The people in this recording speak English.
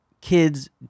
kids